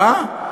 אה?